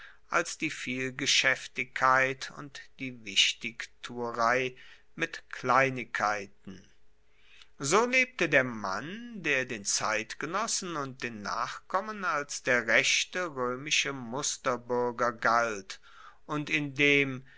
als die vielgeschaeftigkeit und die wichtigtuerei mit kleinigkeiten so lebte der mann der den zeitgenossen und den nachkommen als der rechte roemische musterbuerger galt und in dem